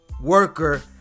worker